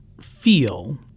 feel